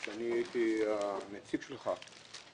אני הייתי הנציג שלך,